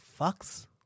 fucks